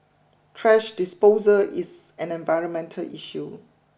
trash disposal is an environmental issue